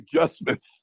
adjustments